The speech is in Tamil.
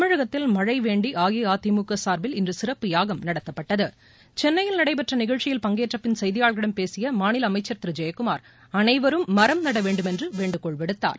தமிழகத்தில் மழை வேண்டி அஇஅதிமுக சார்பில் இன்று சிறப்பு யாகம் நடத்தப்பட்டது சென்னையில் நடைபெற்ற நிகழ்ச்சியில் பங்கேற்ற பின் செய்தியாளா்களிடம் பேசிய மாநில அமைச்சா் திரு ஜெயக்குமார் அனைவரும் மரம் நட வேண்டும் என்று வேண்டுகோள் விடுத்தார்